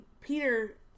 Peter